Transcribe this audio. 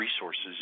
resources